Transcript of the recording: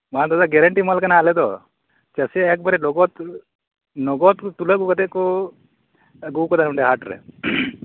ᱵᱟᱝ ᱫᱟᱫᱟ ᱜᱮᱨᱮᱱᱴᱤ ᱢᱟᱞ ᱠᱟᱱᱟ ᱟᱞᱮ ᱫᱚ ᱪᱟᱹᱥᱤ ᱮᱠᱵᱟᱨᱮ ᱱᱚᱜᱚᱫᱽ ᱱᱚᱜᱚᱫᱽ ᱛᱩᱞᱟᱹᱣ ᱟᱜᱩ ᱠᱟᱛᱮ ᱠᱚ ᱟᱜᱩᱣ ᱠᱟᱫᱟ ᱚᱸᱰᱮ ᱦᱟᱴᱨᱮ